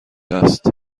است